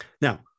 Now